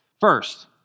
First